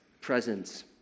presence